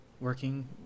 working